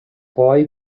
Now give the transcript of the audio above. poi